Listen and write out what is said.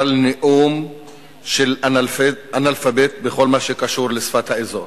אבל נאום של אנאלפבית בכל מה שקשור לשפת האזור,